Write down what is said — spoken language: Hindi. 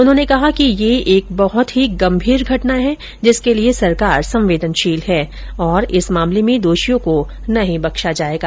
उन्होंने कहा ँकि ये एक बहुत ही गंभीर घटना है जिसके लिये सरकार संवेदनशील है और इस मामले में दोषियों को नहीं बख्शा जायेगा